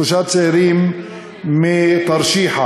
ורביע טלוזי, בן שלוש, מנצרת,